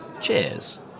cheers